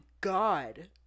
God